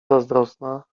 zazdrosna